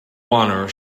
honor